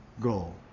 goal